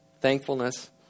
Thankfulness